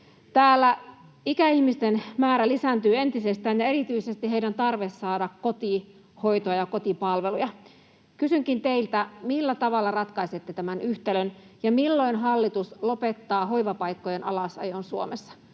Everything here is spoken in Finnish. Täällä ikäihmisten määrä lisääntyy entisestään ja erityisesti heidän tarpeensa saada kotihoitoa ja kotipalveluja. Kysynkin teiltä: millä tavalla ratkaisette tämän yhtälön, ja milloin hallitus lopettaa hoivapaikkojen alasajon Suomessa?